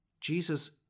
Jesus